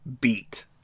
beat